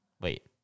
Wait